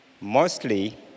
mostly